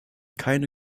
keine